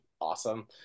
awesome